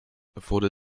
wurde